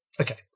Okay